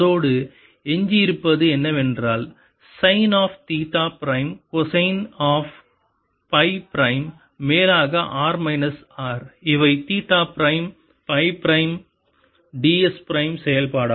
அதோடு எஞ்சியிருப்பது என்னவென்றால் sine of theta prime cosine of psi prime மேலாக r மைனஸ் R இவை theta prime psi prime ds prime செயல்பாடாகும்